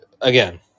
again